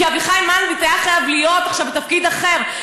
כי אביחי מנדלבליט היה חייב להיות עכשיו בתפקיד אחר,